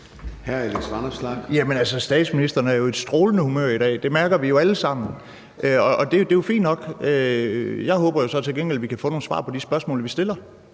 Statsministeren er jo i et strålende humør i dag. Det mærker vi alle sammen, og det er jo fint nok. Jeg håber så til gengæld, at vi kan få nogle svar på de spørgsmål, vi stiller.